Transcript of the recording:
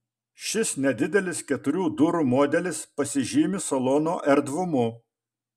šis nedidelis keturių durų modelis pasižymi salono erdvumu